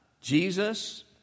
Jesus